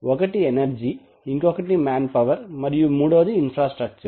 ఒకటి ఎనర్జీ ఇంకొకటి manpower మరియు మూడోది ఇన్ఫ్రాస్ట్రక్చర్